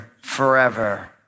forever